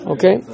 Okay